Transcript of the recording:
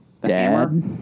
Dad